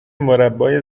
مربای